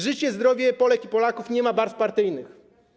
Życie i zdrowie Polek i Polaków nie ma barw partyjnych.